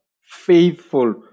faithful